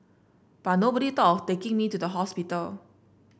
but nobody thought of taking me to the hospital